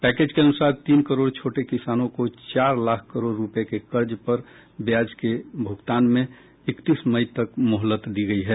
package के अनुसार तीन करोड छोटे किसानों को चार लाख करोड़ रुपये के कर्ज पर ब्याज के भुगतान में इकतीस मई तक की मोहलत दी गयी है